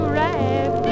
right